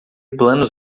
planos